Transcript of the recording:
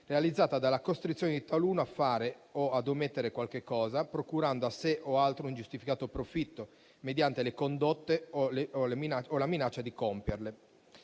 realizzata dalla costrizione di taluno a fare o omettere qualcosa, procurando a sé o altro ingiustificato profitto mediante condotte o la minaccia di compierle.